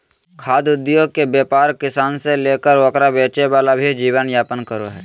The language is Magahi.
खाद्य उद्योगके व्यापार किसान से लेकर ओकरा बेचे वाला भी जीवन यापन करो हइ